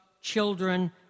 children